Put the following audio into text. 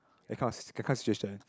that kind of that kind of situation